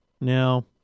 Now